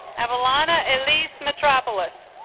avalanna elise metropolis